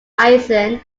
mason